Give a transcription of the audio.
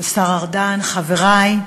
השר ארדן, חברי,